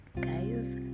Guys